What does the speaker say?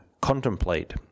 contemplate